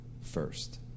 first